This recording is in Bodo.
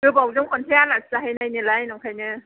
गोबावजों खनसे आलासि जाहैनाय नालाय ओंखायनो